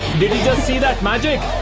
did you just see that magic?